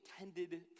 intended